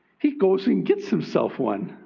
he goes and gets himself one.